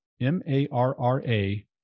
M-A-R-R-A